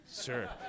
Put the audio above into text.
sure